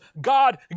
God